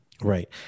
Right